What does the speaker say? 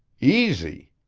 easy?